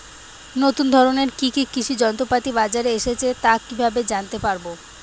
নতুন ধরনের কি কি কৃষি যন্ত্রপাতি বাজারে এসেছে তা কিভাবে জানতেপারব?